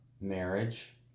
marriage